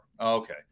Okay